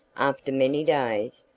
after many days,